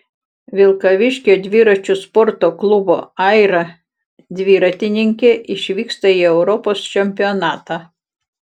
vilkaviškio dviračių sporto klubo aira dviratininkė išvyksta į europos čempionatą